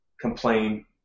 complain